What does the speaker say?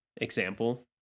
example